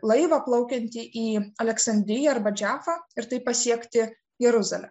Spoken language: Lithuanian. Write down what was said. laivą plaukiantį į aleksandriją arba džiafą ir taip pasiekti jeruzalę